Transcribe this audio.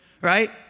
right